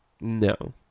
No